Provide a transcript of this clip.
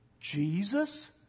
Jesus